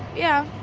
yeah,